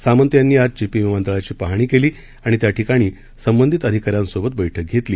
सामंत यांनी आज चिपी विमानतळाची पाहणी केली आणि त्या ठिकाणी संबंधित अधिकाऱ्यांसोबत बैठक घेतली